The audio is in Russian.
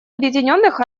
объединённых